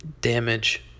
damage